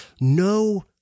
no